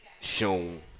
shown